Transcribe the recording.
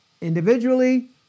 individually